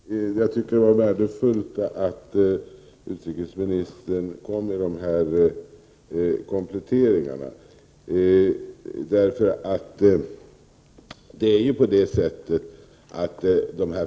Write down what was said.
Herr talman! Jag tycker att det var värdefullt att utrikesministern kom med dessa kompletteringar.